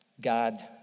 God